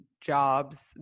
jobs